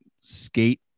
skate